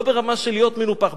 לא ברמה של להיות מנופח.